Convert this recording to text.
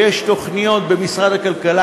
ויש תוכניות במשרד הכלכלה,